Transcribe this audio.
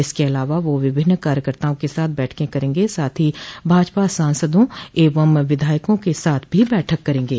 इसके अलावा वो विभिन्न कार्यकताओं के साथ बैठक करेंगे और साथ ही भाजपा सांसदों एवं विधायकों के साथ भी बैठक करेंगे